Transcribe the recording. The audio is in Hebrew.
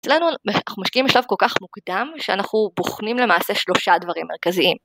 אצלנו אנחנו משקיעים בשלב כל כך מוקדם שאנחנו בוחנים למעשה שלושה דברים מרכזיים